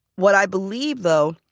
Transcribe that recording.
what i believe though,